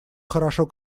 хорошо